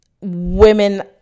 women